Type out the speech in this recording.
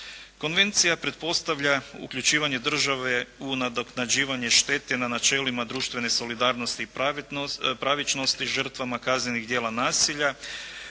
Konvencija pretpostavlja uključivanje države u nadoknađivanje štete na načelima društvene solidarnosti i pravičnosti, žrtvama kaznenih dijela nasilja